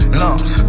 lumps